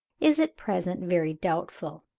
is at present very doubtful.